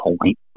point